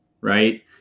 right